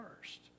first